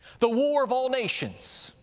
the war of all nations